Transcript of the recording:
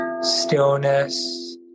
stillness